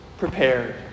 prepared